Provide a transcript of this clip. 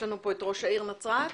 שלום אדוני ראש העיר נצרת,